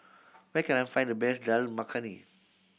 where can I find the best Dal Makhani